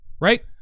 right